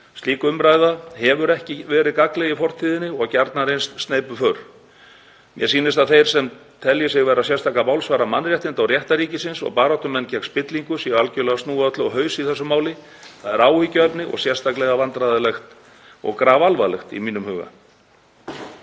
Slík umræða hefur ekki verið gagnleg í fortíðinni og gjarnan reynst sneypuför. Mér sýnist að þeir sem telja sig vera sérstakir málsvarar mannréttinda og réttarríkisins og baráttumenn gegn spillingu séu algerlega að snúa öllu á haus í þessu máli. Það er áhyggjuefni og sérstaklega vandræðalegt og grafalvarlegt í mínum huga.